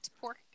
pork